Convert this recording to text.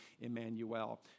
Emmanuel